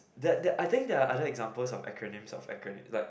that that I think there are other examples of acronyms of acronym like